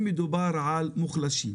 אם מדובר על מוחלשים,